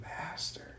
master